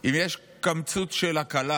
אם יש קמצוץ של הקלה,